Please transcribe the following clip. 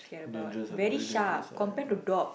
dangerous [ah]very dangerous ah ya